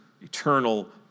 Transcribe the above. eternal